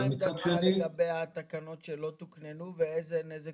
מה עמדתך לגבי התקנות שלא תוקננו ואיזה נזק